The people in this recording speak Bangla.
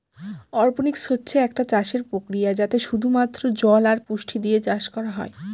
অরপনিক্স হচ্ছে একটা চাষের প্রক্রিয়া যাতে শুধু মাত্র জল আর পুষ্টি দিয়ে চাষ করা হয়